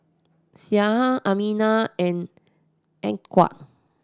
Syah Aminah and Atiqah